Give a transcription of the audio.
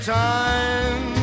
time